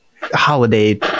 holiday